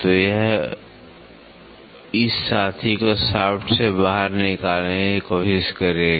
तो वह इस साथी को शाफ्ट से बाहर निकालने की कोशिश करेगा